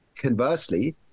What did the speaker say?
conversely